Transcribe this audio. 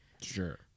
Sure